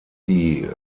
die